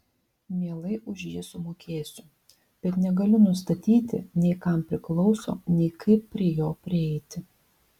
mielai už jį sumokėsiu bet negaliu nustatyti nei kam priklauso nei kaip prie jo prieiti